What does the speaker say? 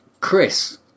Chris